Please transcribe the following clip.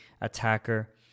attacker